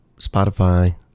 Spotify